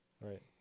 Right